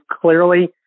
clearly